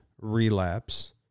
relapse